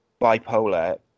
bipolar